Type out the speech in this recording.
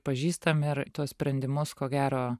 pažįstam ir tuos sprendimus ko gero